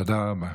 תודה רבה.